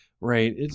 Right